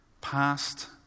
past